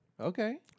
Okay